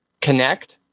connect